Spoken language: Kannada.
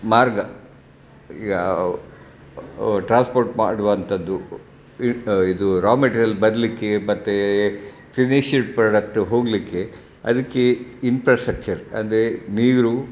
ಮಾರ್ಗ ಯಾ ಟ್ರಾನ್ಸ್ಪೋರ್ಟ್ ಮಾಡುವಂಥದ್ದು ಇದು ರಾ ಮೆಟೀರಿಯಲ್ ಬರಲಿಕ್ಕೆ ಮತ್ತು ಫಿನಿಶಡ್ ಪ್ರೊಡಕ್ಟ್ ಹೋಗಲಿಕ್ಕೆ ಅದಕ್ಕೆ ಇಂಪ್ರಾಶ್ಟ್ರಕ್ಚರ್ ಅಂದರೆ ನೀರು